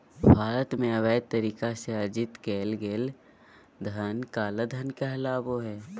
भारत में, अवैध तरीका से अर्जित कइल गेलय धन काला धन कहलाबो हइ